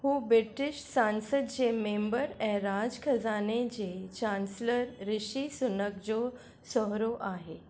हू ब्रिटिश सांसद जे मेंबर ऐं राज ख़ज़ाने जे चांसिलरु ऋषि सुनक जो सहुरो आहे